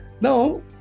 Now